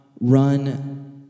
run